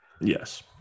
yes